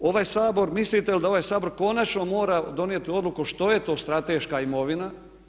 I nadalje, ovaj Sabor, mislite li da ovaj Sabor konačno mora donijeti odluku što je to strateška imovina.